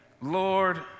Lord